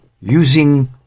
using